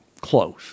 close